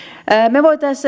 me voisimme